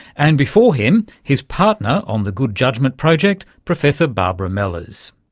and before him, his partner on the good judgement project, professor barbara mellers.